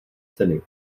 ceny